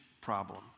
problem